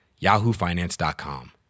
yahoofinance.com